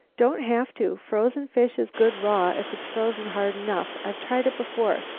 don't have to. frozen fish is good raw if it's frozen hard enough. i've tried it before.